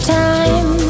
time